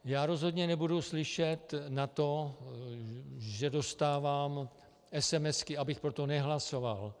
Já rozhodně nebudu slyšet na to, že dostávám esemesky, abych pro to nehlasoval.